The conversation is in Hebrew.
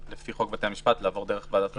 שלפי חוק בתי המשפט חובה לעבור דרך ועדת החוקה.